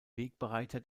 wegbereiter